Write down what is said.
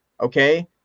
okay